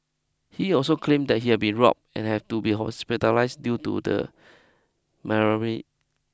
he also claimed that he had been robbed and had to be hospitalised due to the